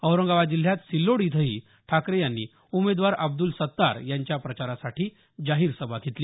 औरंगाबाद जिल्ह्यात सिल्लोड इथंही ठाकरे यांनी उमेदवार अब्द्ल सत्तार यांच्या प्रचारासाठी जाहीर सभा घेतली